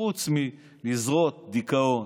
חוץ מלזרות דיכאון,